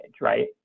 right